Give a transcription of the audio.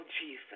Jesus